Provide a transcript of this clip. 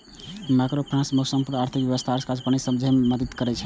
microeconomics संपूर्ण आर्थिक व्यवस्थाक कार्यप्रणाली कें समझै मे मदति करै छै